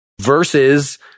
versus